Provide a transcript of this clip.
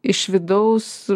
iš vidaus